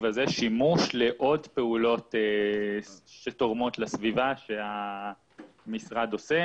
הזה שימוש לעוד פעולות שתורמות לסביבה שהמשרד עושה,